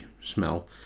smell